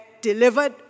delivered